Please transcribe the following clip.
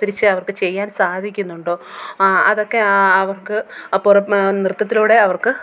തിരിച്ച് അവർക്കു ചെയ്യാൻ സാധിക്കുന്നുണ്ടോ ആ അതൊക്കെ ആ അവർക്ക് അപ്പുറം നൃത്തത്തിലൂടെ അവർക്ക്